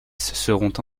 seront